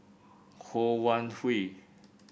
Ho Wan Hui